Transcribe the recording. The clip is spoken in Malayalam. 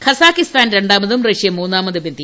ഖസാകിസ്ഥാൻ രണ്ടാമതും റഷ്യ മൂന്നാമതും എത്തി